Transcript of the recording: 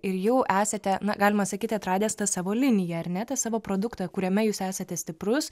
ir jau esate na galima sakyti atradęs tą savo liniją ar ne tą savo produktą kuriame jūs esate stiprus